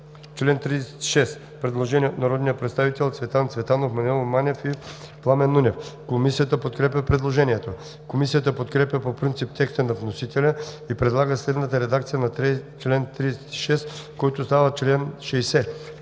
Член 36 – предложение от народните представители Цветан Цветанов, Маноил Манев и Пламен Нунев. Комисията подкрепя предложението. Комисията подкрепя по принцип текста на вносителя и предлага следната редакция на чл. 36, който става чл. 60: